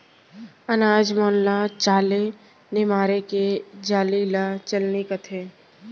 अनाज मन ल चाले निमारे के जाली ल चलनी कथें